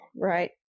Right